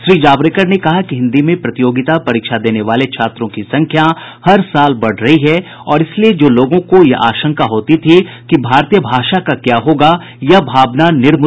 श्री जावडेकर ने कहा कि हिन्दी में प्रतियोगिता परीक्षा देने वाले छात्रों की संख्या हर साल बढ़ रही है और इसलिए जो लोगों को यह आशंका होती थी कि भारतीय भाषा का क्या होगा यह भावना निर्मूल साबित हो रही है